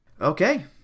Okay